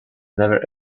never